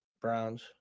Browns